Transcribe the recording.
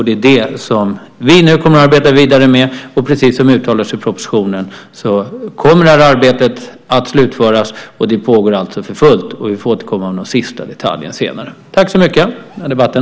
Det är det som vi nu kommer att arbeta vidare med, och precis som vi uttalar oss i propositionen kommer det här arbetet att slutföras, och det pågår alltså för fullt. Vi får återkomma om de sista detaljerna senare. Tack så mycket för debatten!